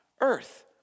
earth